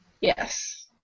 Yes